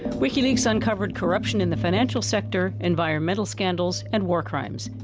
wikileaks uncovered corruption in the financial sector environmental scandals, and war crimes.